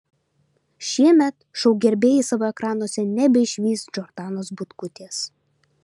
šiemet šou gerbėjai savo ekranuose nebeišvys džordanos butkutės